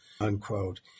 unquote